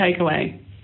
takeaway